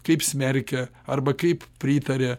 kaip smerkia arba kaip pritaria